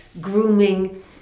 grooming